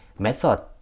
Method